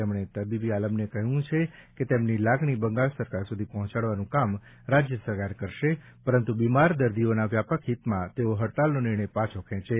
તેમણે તબીબી આલમને કહ્યું છે કે તેમની લાગણી બંગાળ સરકાર સુધી પહોંચાડવાનું કામ રાજ્ય સરકાર કરશે પરંતુ બીમાર દર્દીઓના વ્યાપક હિતમાં તેઓ હડતાળનો નિર્ણય પાછો ખેંચે